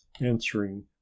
answering